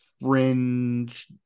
fringe